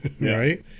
Right